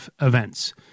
events